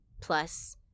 plus